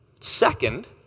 Second